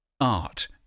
Art